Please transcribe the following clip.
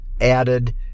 added